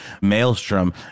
maelstrom